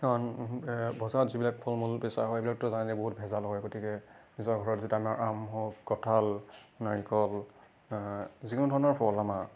কাৰণ বজাৰত যিবিলাক ফল মূল বেচা হয় এইবিলাকতো বহুত ভেজাল হয় গতিকে নিজৰ ঘৰত যেতিয়া আমাৰ আম হওক কঁঠাল নাৰিকল যিকোনো ধৰণৰ ফল আমাৰ